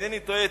אם אינני טועה,